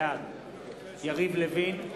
בעד יריב לוין,